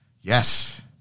Yes